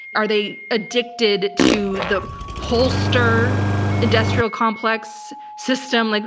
are they addicted to the pollster industrial complex system? like